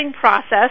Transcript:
process